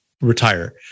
retire